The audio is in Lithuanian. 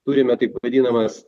turime taip vadinamas